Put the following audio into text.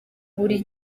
buri